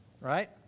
right